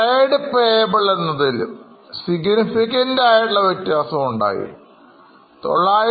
Trade payables എന്നതിൽ significant ആയിട്ടുള്ള വ്യത്യാസം ഉണ്ടായി